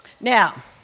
Now